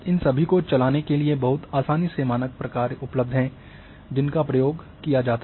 इन सभी को चलाने के लिए बहुत आसानी से मानक प्रक्रिया उपलब्ध हैं जिनका उपयोग किया जा सकता है